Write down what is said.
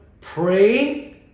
praying